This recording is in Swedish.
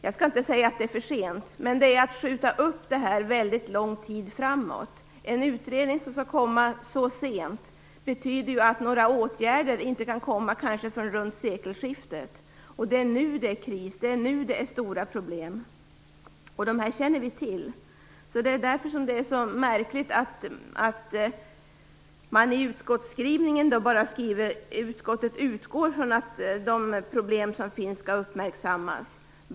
Jag skall inte säga att det är för sent, men det är att skjuta upp detta väldigt långt fram. En utredning som skall komma så sent betyder att inga åtgärder kan vidtas förrän kanske runt sekelskiftet. Och det är nu det är kris och stora problem! Problemen känner man till, och därför är det märkligt att utskottet i sin skrivning bara skriver att utskottet utgår från att de problem som finns skall uppmärksammas.